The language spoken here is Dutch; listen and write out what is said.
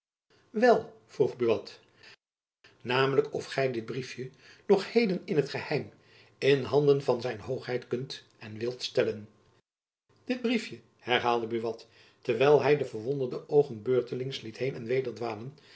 wel vroeg buat namelijk of gy dit briefjen nog heden in t geheim in handen van zijn hoogheid kunt en wilt stellen dit briefjen herhaalde buat terwijl hy de verwonderde oogen beurtelings liet heen en weder